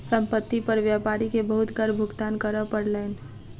संपत्ति पर व्यापारी के बहुत कर भुगतान करअ पड़लैन